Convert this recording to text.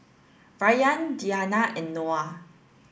Rayyan Diyana and Noah